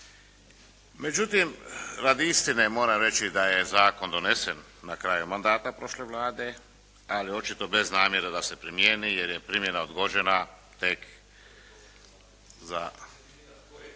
Međutim, radi istine moram reći da je zakon donesen na kraju mandata prošle Vlade, ali očito bez namjere da se primjeni jer je primjena odgođena tek za.